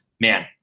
Man